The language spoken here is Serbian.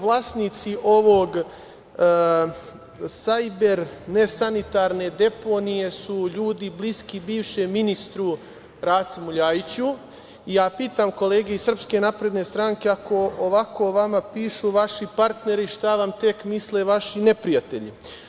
Vlasnici ove sajber nesanitarne deponije su ljudi bliski bivšem ministru Rasimu Ljajiću i ja pitam kolege iz SNS ako o vama ovako pišu vaši partneri, šta vam tek misle vaši neprijatelji?